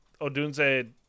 Odunze